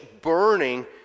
burning